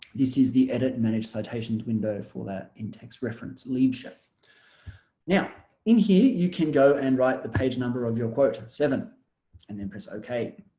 this is the edit and manage citations window for that in-text reference liebscher now in here you can go and write the page number of your quote seven and then press ok